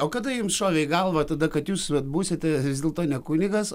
o kada jums šovė į galvą tada kad jūs vat būsite vis dėlto ne kunigas